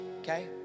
okay